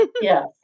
yes